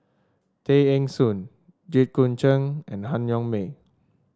Tay Eng Soon Jit Koon Ch'ng and Han Yong May